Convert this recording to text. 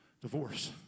divorce